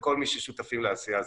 וכל מי ששותפים לעשייה הזאת.